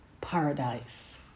paradise